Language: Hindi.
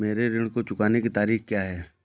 मेरे ऋण को चुकाने की तारीख़ क्या है?